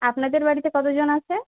আপনাদের বাড়িতে কতজন আছে